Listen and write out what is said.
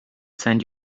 send